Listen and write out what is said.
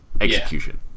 execution